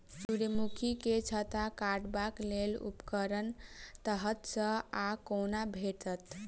सूर्यमुखी केँ छत्ता काटबाक लेल उपकरण कतह सऽ आ कोना भेटत?